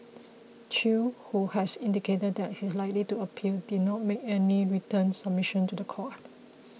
chew who has indicated that he is likely to appeal did not make any written submission to the court